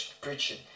preaching